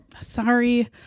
sorry